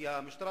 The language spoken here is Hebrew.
המשטרה,